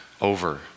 over